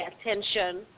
attention